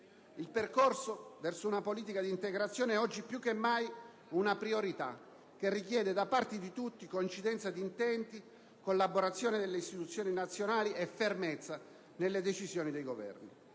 Il percorso verso una politica di integrazione è oggi più che mai una priorità che richiede, da parte di tutti, coincidenza di intenti, collaborazione delle istituzioni nazionali e fermezza nelle decisioni dei Governi.